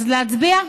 אז להצביע?